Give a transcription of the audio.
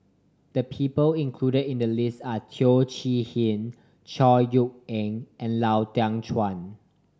the people included in the list are Teo Chee Hean Chor Yeok Eng and Lau Teng Chuan